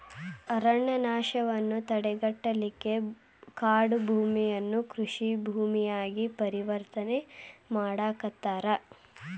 ಅರಣ್ಯನಾಶವನ್ನ ತಡೆಗಟ್ಟಲಿಕ್ಕೆ ಕಾಡುಭೂಮಿಯನ್ನ ಕೃಷಿ ಭೂಮಿಯಾಗಿ ಪರಿವರ್ತನೆ ಮಾಡಾಕತ್ತಾರ